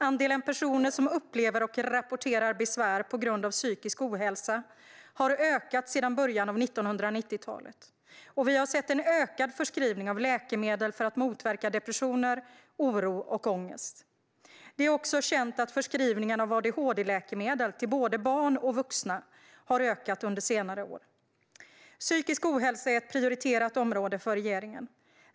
Andelen personer som upplever och rapporterar besvär på grund av psykisk ohälsa har ökat sedan början av 1990-talet, och vi har sett en ökad förskrivning av läkemedel för att motverka depressioner, oro och ångest. Det är också känt att förskrivningen av adhd-läkemedel till både barn och vuxna har ökat under senare år. Psykisk ohälsa är ett prioriterat område för regeringen.